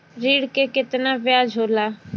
ऋण के कितना ब्याज होला?